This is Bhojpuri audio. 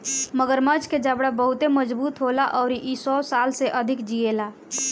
मगरमच्छ के जबड़ा बहुते मजबूत होला अउरी इ सौ साल से अधिक जिएला